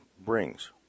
brings